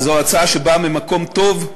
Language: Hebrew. זו הצעה שבאה ממקום טוב,